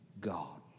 God